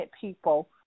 people